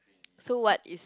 so what is